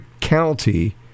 county